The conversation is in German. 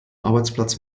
arbeitsplatz